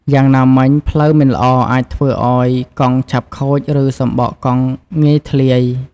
យ៉ាងណាមិញ ផ្លូវមិនល្អអាចធ្វើឱ្យកង់ឆាប់ខូចឬសំបកកង់ងាយធ្លាយ។